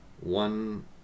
one